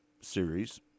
series